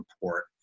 report